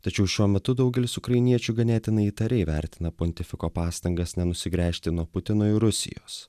tačiau šiuo metu daugelis ukrainiečių ganėtinai įtariai vertina pontifiko pastangas nenusigręžti nuo putino ir rusijos